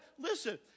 listen